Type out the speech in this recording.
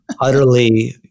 utterly